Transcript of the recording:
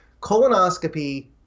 Colonoscopy